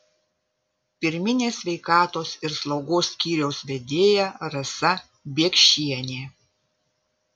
pirminės sveikatos ir slaugos skyriaus vedėja rasa biekšienė